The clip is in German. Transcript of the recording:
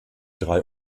drei